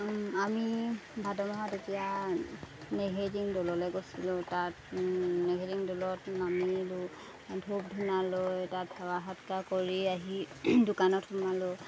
আমি ভাদ মাহত এতিয়া নেঘেৰিটিং দ'ললৈ গৈছিলোঁ তাত নেঘেৰিটিং দ'লত নামিলোঁ ধূপ ধূনা লৈ তাত সেৱা সৎকাৰ কৰি আহি দোকানত সোমালোঁ